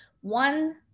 One